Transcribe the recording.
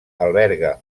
alberga